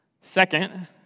Second